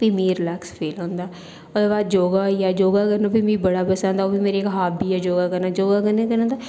फ्ही में relax feel होंदा ओह्दे बाद योग होई गेआ योग करना बी मिगी बड़ा पसंद ऐ ओह् बी मेरी इक हाबी ऐ योग करना योग करने कन्नै केह् होंदा